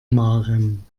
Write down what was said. maren